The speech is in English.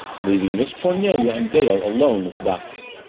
leaving miss cornelia and dale alone with the doctor.